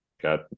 got